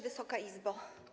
Wysoka Izbo!